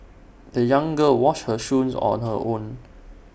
the young girl washed her shoes on her own